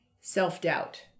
self-doubt